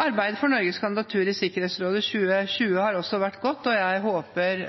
Arbeidet for Norges kandidatur i Sikkerhetsrådet 2020 har også vært godt, og jeg håper